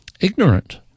ignorant